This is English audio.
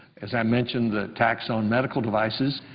as i mentioned the tax on medical devices,